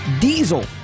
Diesel